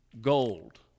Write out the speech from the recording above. gold